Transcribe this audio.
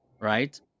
right